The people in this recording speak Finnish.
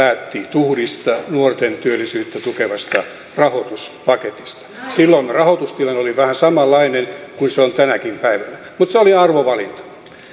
päätti nuorten työllisyyttä tukevasta tuhdista rahoituspaketista silloin rahoitustilanne oli vähän samanlainen kuin se on tänäkin päivänä mutta se oli arvovalinta